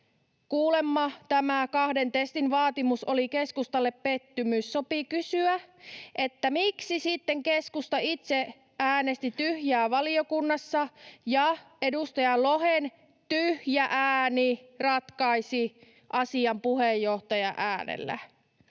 Kuulemma tämä kahden testin vaatimus oli keskustalle pettymys. Sopii kysyä, miksi sitten keskusta itse äänesti tyhjää valiokunnassa. Edustaja Lohen tyhjä ääni ratkaisi asian puheenjohtajan äänellä.